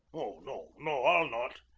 no, no, i'll not.